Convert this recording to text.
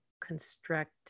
construct